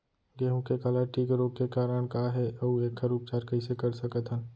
गेहूँ के काला टिक रोग के कारण का हे अऊ एखर उपचार कइसे कर सकत हन?